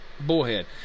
Bullhead